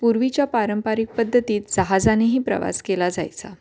पूर्वीच्या पारंपरिक पद्धतीत जहाजानेही प्रवास केला जायचा